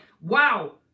wow